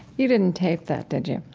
you didn't tape that, did you?